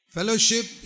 Fellowship